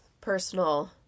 personal